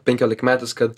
penkiolikmetis kad